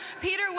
Peter